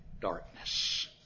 darkness